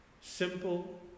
simple